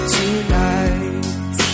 tonight